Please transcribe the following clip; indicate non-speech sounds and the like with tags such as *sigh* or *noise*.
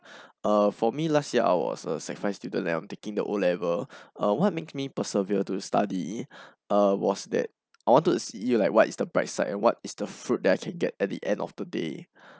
*breath* uh for me last year I was a sec five student that I am taking the O level *breath* what makes me persevere to study *breath* uh was that I wanted to see like what is the bright side and what is the fruit that I can get at the end of the day *breath*